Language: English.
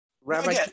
Rabbi